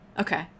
Okay